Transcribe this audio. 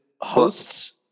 hosts